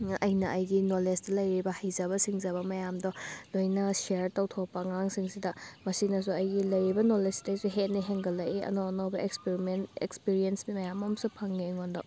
ꯑꯩꯅ ꯑꯩꯒꯤ ꯅꯣꯂꯦꯖꯇ ꯂꯩꯔꯤꯕ ꯍꯩꯖꯕ ꯁꯤꯡꯖꯕ ꯃꯌꯥꯝꯗꯣ ꯂꯣꯏꯅ ꯁꯤꯌꯔ ꯇꯧꯊꯣꯛꯄ ꯑꯉꯥꯡꯁꯤꯡꯁꯤꯗ ꯃꯁꯤꯅꯁꯨ ꯑꯩꯒꯤ ꯂꯩꯔꯤꯕ ꯅꯣꯂꯦꯖꯇꯩꯁꯨ ꯍꯦꯟꯅ ꯍꯦꯟꯒꯠꯂꯛꯏ ꯑꯅꯧ ꯑꯅꯧꯕ ꯑꯦꯛꯁꯄ꯭ꯔꯤꯃꯦꯟ ꯑꯦꯛꯁꯄꯤꯔꯤꯌꯦꯟꯁ ꯃꯌꯥꯝ ꯑꯃꯁꯨ ꯐꯪꯉꯦ ꯑꯩꯉꯣꯟꯗ